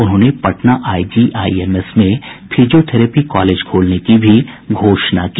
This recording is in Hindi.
उन्होंने पटना आईजीआईएमएस में फिजियोथेरेपी कॉलेज खोलने की भी घोषणा की